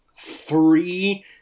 three